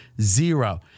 Zero